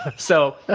so